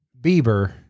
Bieber